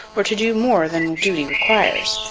or to do more than duty requires.